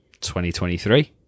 2023